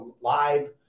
live